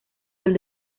del